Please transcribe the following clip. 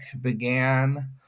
began